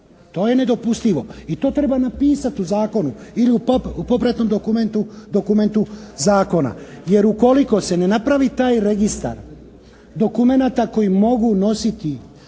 To je nedopustivo i to treba napisati u zakonu ili u popratnom dokumentu zakona. Jer ukoliko se ne napravi taj registar dokumenata koji mogu nositi